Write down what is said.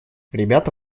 ребята